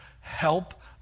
help